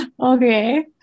Okay